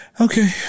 Okay